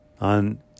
on